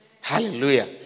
Hallelujah